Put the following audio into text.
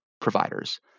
providers